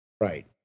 Right